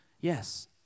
Yes